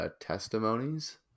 testimonies